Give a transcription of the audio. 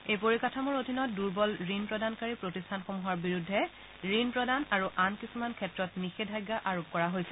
এই পৰিকাঠামোৰ অধীনত দুৰ্বল ঋণ প্ৰদানকাৰী প্ৰতিষ্ঠানসমূহৰ বিৰুদ্ধে ঋণ প্ৰদান আৰু আন কিছুমান ক্ষেত্ৰত নিষেধাজ্ঞা আৰোপ কৰা হৈছে